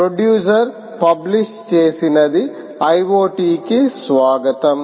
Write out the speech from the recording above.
producer publish చేసినధి IoT కి స్వాగతం